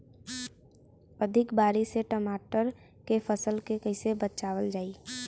अधिक बारिश से टमाटर के फसल के कइसे बचावल जाई?